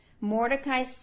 Mordecai